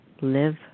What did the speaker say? live